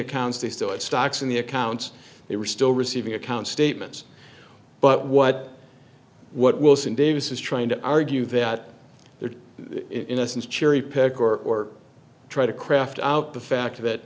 accounts they still had stocks in the accounts they were still receiving account statements but what what wilson davis is trying to argue that their innocence cherry pick or try to craft out the fact